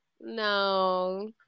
No